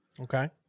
Okay